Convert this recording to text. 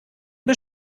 bis